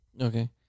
Okay